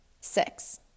Six